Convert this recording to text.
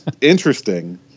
interesting